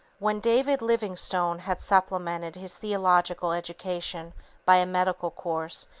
when david livingstone had supplemented his theological education by a medical course,